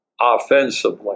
offensively